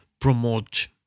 promote